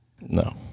No